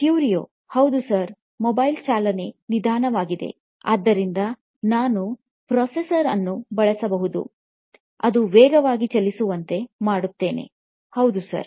ಕ್ಯೂರಿಯೊ ಹೌದು sir mobile ಚಾಲನೆ ನಿಧಾನವಾಗಿದೆ ಆದ್ದರಿಂದ ನಾನು ಪ್ರೊಸೆಸರ್ ಅನ್ನು ಬಳಸಬಹುದು ಅದು ವೇಗವಾಗಿ ಚಲಿಸುವಂತೆ ಮಾಡುತ್ತದೆ ಹೌದು ಸರ್